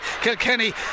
Kilkenny